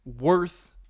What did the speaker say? worth